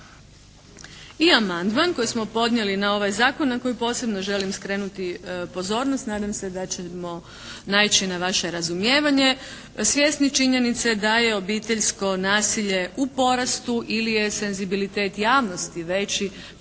I amandman koji smo podnijeli na ovaj zakon na koji posebno želim skrenuti pozornost. Nadam se da ćemo naići na vaše razumijevanje svjesni činjenice da je obiteljsko nasilje u porastu ili je senzibilitet javnosti veći,